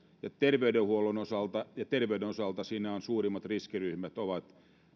ja terveydenhuollon osalta ja terveyden osalta siinä suurimmat riskiryhmät ovat